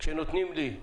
כשנותנים לי,